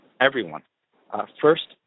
everyone—first